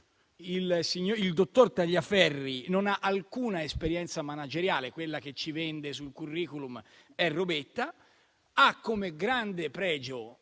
Il dottor Tagliaferri non ha alcuna esperienza manageriale (quella che ci vende sul *curriculum* è robetta) e ha come grande pregio,